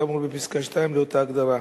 כאמור בפסקה (2) לאותה הגדרה.